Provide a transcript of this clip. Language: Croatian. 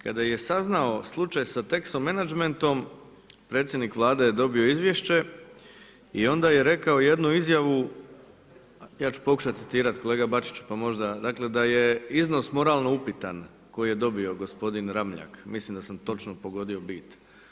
Kada je saznao slučaj sa Texo Managementom predsjednik Vlade je dobio izvješće i onda je rekao jednu izjavu, ja ću pokušati citirati kolega BAčiću pa možda, dakle da je „iznos moralno upitan“ koji je dobio gospodin Ramljak, mislim da sam točno pogodio bit.